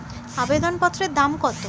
আবেদন পত্রের দাম কত?